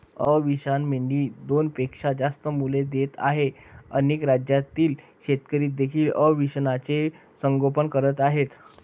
अविशान मेंढी दोनपेक्षा जास्त मुले देत आहे अनेक राज्यातील शेतकरी देखील अविशानचे संगोपन करत आहेत